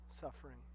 suffering